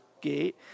gate